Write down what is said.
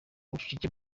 ubucucike